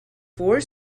four